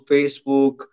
Facebook